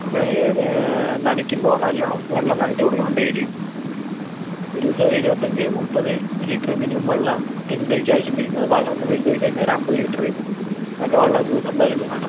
അപ്പോഴ് നനക്കുമ്പം നല്ലോണം വെള്ളം നനച്ചു കൊടുക്കണം ഡെയ്ലി ഒരു ദിവസം ഒര് ഇരുപത്തഞ്ച് മുപ്പത് ലിറ്റർ മിനിമം വെള്ളം തെങ്ങിൻ തൈയ്ക്ക് ആവശ്യം വരും അത് വളർന്ന് വലുതായി കഴിഞ്ഞാൽ ഒരു അമ്പത് ലിറ്റർ ഒക്കെ വെള്ളം ഒരു ദിവസം എന്തായാലും വേണം